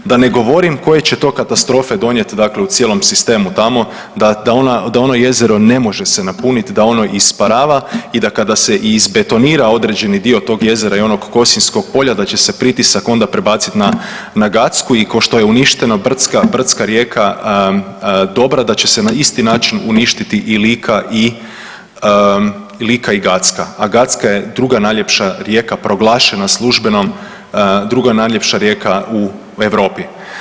Da ne govorim koje će to katastrofe donijet dakle u cijelom sistemu tamo da, da ono, da ono jezero ne može se napunit da ono isparava i da kada se i izbetonira određeni dio tog jezera i onog Kosinjskog polja da će se pritisak onda prebacit na, na Gacku i košto je uništena brdska, brdska rijeka Dobra da će se na isti način uništiti i Lika i Lika i Gacka, a Gacka je druga najljepša rijeka proglašena službenom, druga najljepša rijeka u Europi.